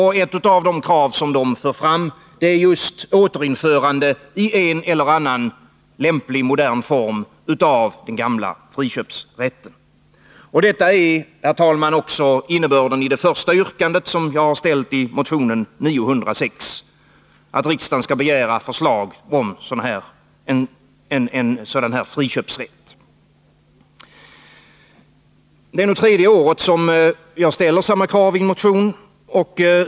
Ett av de krav som de för fram är just återinförande i en eller annan lämplig modern form av den gamla friköpsrätten. Detta är också, herr talman, innebörden i det första yrkandet som jag har ställt i motion 906, nämligen att riksdagen skall begära förslag om en sådan här friköpsrätt. Det är nu tredje året som jag ställer samma krav i en motion.